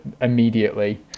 immediately